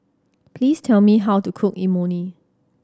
please tell me how to cook Imoni